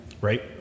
Right